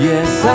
Yes